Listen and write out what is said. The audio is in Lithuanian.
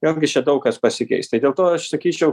vėlgi čia daug kas pasikeis tai dėl to aš sakyčiau